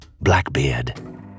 Blackbeard